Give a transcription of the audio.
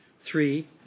Three